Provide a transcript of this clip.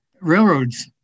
railroads